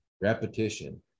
Repetition